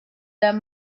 that